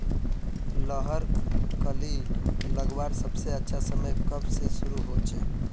लहर कली लगवार सबसे अच्छा समय कब से शुरू होचए?